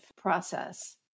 process